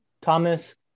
Thomas